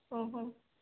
हो हो